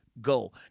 go